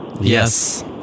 Yes